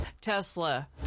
Tesla